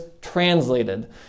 translated